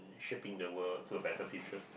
shaping the world to a better future